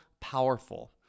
powerful